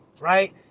right